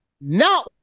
No